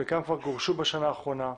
חלקם כבר גורשו בשנה האחרונה,